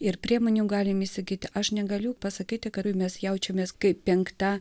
ir priemonių galime įsigyti aš negaliu pasakyti kad mes jaučiamės kaip penkta